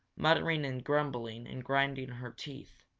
muttering and grumbling and grinding her teeth.